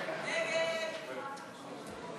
נמנעים.